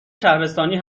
شهرستانی